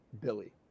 Billy